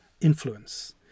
influence